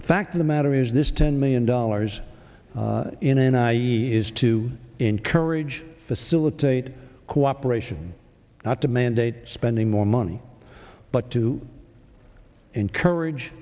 the fact of the matter is this ten million dollars in an i e d is to encourage facilitate cooperation not to mandate spending more money but to encourage